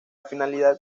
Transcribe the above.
finalidad